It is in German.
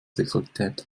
sexualität